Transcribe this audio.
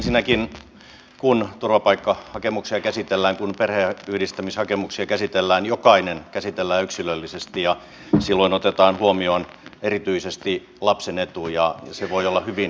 ensinnäkin kun turvapaikkahakemuksia käsitellään kun perheenyhdistämishakemuksia käsitellään jokainen käsitellään yksilöllisesti ja silloin otetaan huomioon erityisesti lapsen etu ja se voi olla hyvin painavakin etu